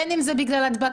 בין אם זה בגלל הדבקה,